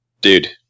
Dude